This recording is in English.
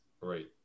Right